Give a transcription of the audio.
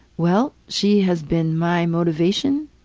well, she has been my motivation.